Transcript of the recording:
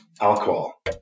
Alcohol